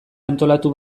antolatu